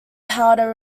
powder